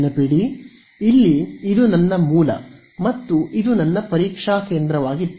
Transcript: ನೆನಪಿಡಿ ಇಲ್ಲಿ ಇದು ನನ್ನ ಮೂಲ ಮತ್ತು ಇದು ನನ್ನ ಪರೀಕ್ಷಾ ಕೇಂದ್ರವಾಗಿತ್ತು